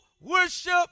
worship